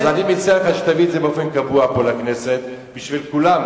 אז אני מציע לך שתביא את זה באופן קבוע פה לכנסת בשביל כולם.